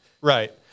Right